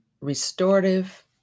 restorative